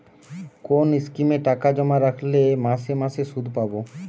কোন স্কিমে টাকা জমা রাখলে মাসে মাসে সুদ পাব?